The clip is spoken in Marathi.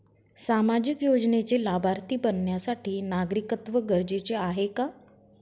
सामाजिक योजनेचे लाभार्थी बनण्यासाठी नागरिकत्व गरजेचे आहे का?